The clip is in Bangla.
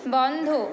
বন্ধ